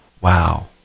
Wow